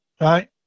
Right